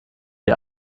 die